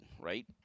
right